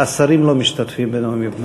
בעד, 12. גם